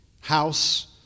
house